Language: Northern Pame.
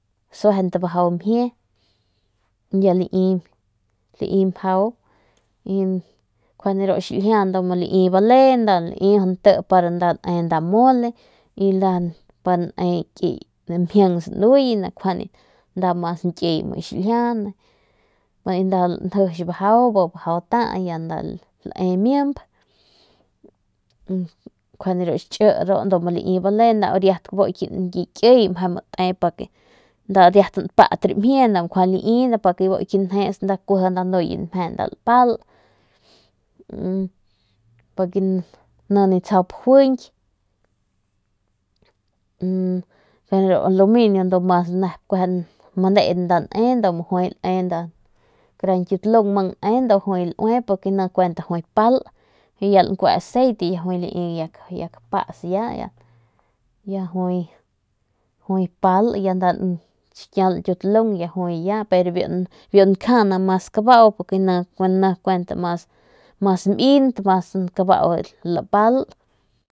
Lai mjau nti pa ne nda mole y nda pa ne kiy mjing lae mimp kjuande ru xhi ndu mu lai bale nau riat ki kiy ndu kjuande te pa nda riat npat ramjie bu ki lanjes kuiji nda nuye ki mje pa npal porque ni nip tsajap juiñky y ru aluminio ndu mu mas manen nda nep ne kara ñkiutalung nda mang ne ne juy mas manen nda lankues ceite juay ya lai kapas ya juay pal ya juay xikial ñkiutalung ya juay ta y biu nkja ni mas kabau ni kuent mas mint mas kabau lapal.